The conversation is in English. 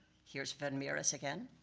here's van mieris, again.